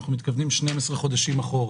אנחנו מתכוונים ל-12 חודשים אחורה.